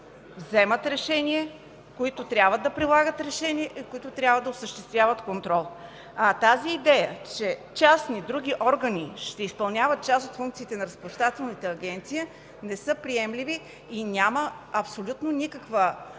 вземат решения, които трябва да прилагат решение и да осъществяват контрол. Тази идея, че частни и други органи ще изпълняват част от функциите на Разплащателната агенция не са приемливи и няма абсолютно никаква